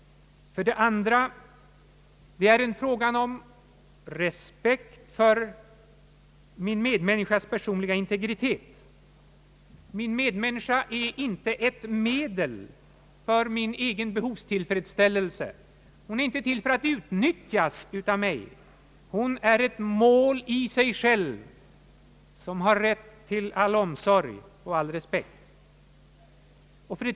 2) Respekt för min medmänniskas personliga integritet. Min medmänniska är inte ett medel för min egen behovstillfredsställelse. Hon är inte till för att utnyttjas av mig. Hon är ett mål i sig själv som har rätt till all omsorg och all respekt.